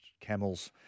camels